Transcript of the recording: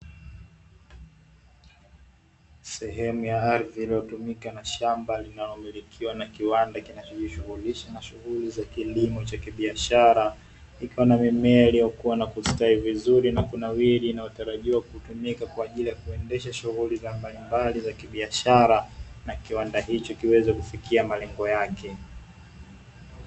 Sehemu ya ardhi inayotumika na shamba linalomilikiwa na kiwanda kinachojishugulisha na shughuli za kilimo cha kibiashara, likiwa na mimea iliyokua na kustawi vizuri na kunawili inayotarajiwa kutumika kwa ajili kuendeshea shughuli mbalimbali za kibiashara na kiwanda hicho kiweze kufikia malengo yake.